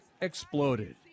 exploded